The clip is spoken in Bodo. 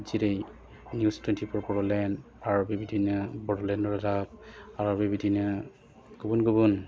जेरै निउस टुयेनटिफर बड'लेण्ड आरो बेबायदिनो बड'लेण्ड रादाब आरो बेबायदिनो गुबुन गुबुन